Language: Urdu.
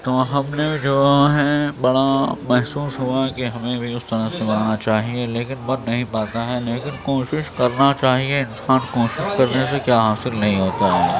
تو ہم نے جو ہے بڑا محسوس ہوا کہ ہمیں بھی اس طرح سے بنانا چاہیے لیکن بن نہیں پاتا ہے لیکن کوشش کرنا چاہیے انسان کوشش کرنے سے کیا حاصل نہیں ہوتا ہے